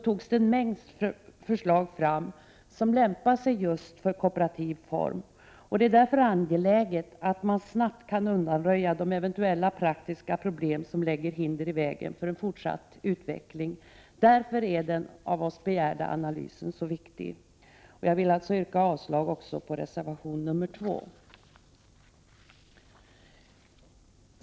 togs en mängd förslag fram som lämpar sig just för kooperativ form. Det är därför angeläget att man snabbt kan undanröja de eventuella praktiska problem som lägger hinder i vägen för en fortsatt utveckling. Därför är den av oss begärda analysen så viktig. Jag yrkar således avslag på reservation nr 2.